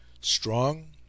Strong